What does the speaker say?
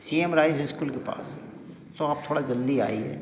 सी M rise school के पास तो आप थोड़ा जल्दी आइए